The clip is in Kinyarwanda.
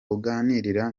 uganirira